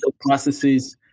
processes